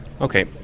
Okay